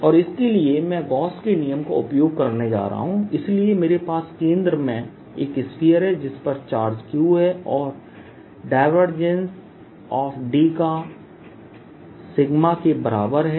Dfree और इसके लिए मैं गॉस के नियमGauss's Law का उपयोग करने जा रहा हूं इसलिए मेरे पास केंद्र में एक स्फीयर है जिस पर चार्ज Q है और D का freeके बराबर है